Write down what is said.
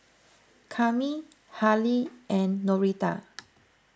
Kami Harlie and Norita